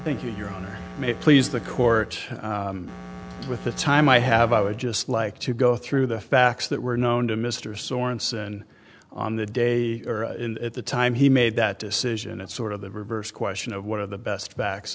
thank you your honor may it please the court with the time i have i would just like to go through the facts that were known to mr sorenson on the day or at the time he made that decision it's sort of the reverse question of one of the best backs